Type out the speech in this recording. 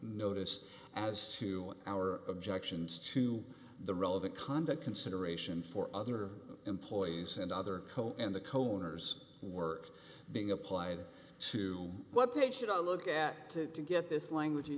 notice as to our objections to the relevant conduct consideration for other employees and other and the cone ors work being applied to what page should i look at it to get this language you